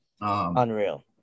Unreal